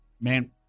man